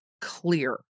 clear